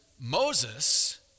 Moses